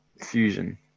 fusion